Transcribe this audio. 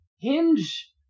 Hinge